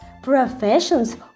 Professions